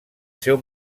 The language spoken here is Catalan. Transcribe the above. seu